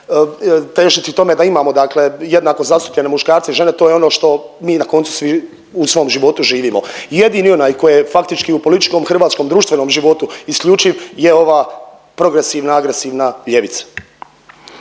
težiti tome da imamo dakle jednako zastupljene muškarce i žene, to je ono što mi na koncu svi u svom životu živimo. Jedini onaj koji je faktički u političkom hrvatskom društvenom životu isključiv je ova progresivna agresivna ljevica.